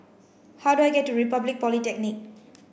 how do I get to Republic Polytechnic